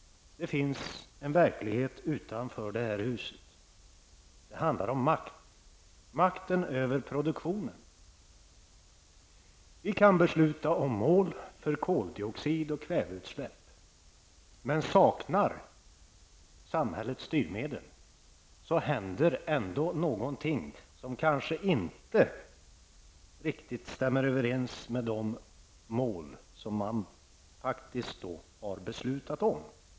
Det finns en verklighet utanför det här huset. Det handlar om makt, makt över produktionen. Vi kan besluta om mål för koldioxid och kväveutsläpp, men saknar samhället styrmedel händer ändå något som kanske inte riktigt stämmer överens med de mål som man faktiskt har beslutat om.